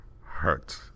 hurt